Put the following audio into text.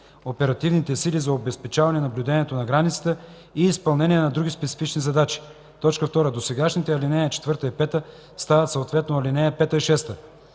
оперативните сили за обезпечаване наблюдението на границата и изпълнение на други специфични задачи.” 2. Досегашните ал. 4 и 5 стават съответно ал. 5 и 6.